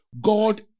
God